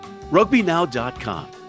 RugbyNow.com